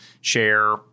share